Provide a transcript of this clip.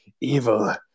evil